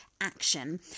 action